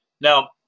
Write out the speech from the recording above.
Now